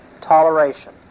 toleration